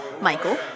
Michael